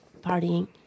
partying